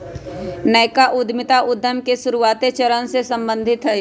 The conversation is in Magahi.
नयका उद्यमिता उद्यम के शुरुआते चरण से सम्बंधित हइ